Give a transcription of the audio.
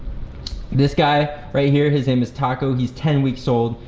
this guy right here, his name is taco, he's ten weeks old.